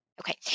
Okay